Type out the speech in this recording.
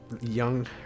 young